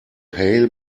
hail